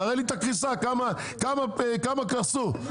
תראה לי את הקריסה, כמה קרסו?